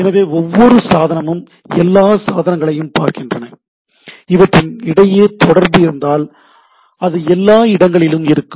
எனவே ஒவ்வொரு சாதனமும் எல்லா சாதனங்களையும் பார்க்கின்றன இவற்றிற்கு இடையே தொடர்பு இருந்தால் அது எல்லா இடங்களிலும் இருக்கும்